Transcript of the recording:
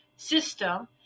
system